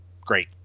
Great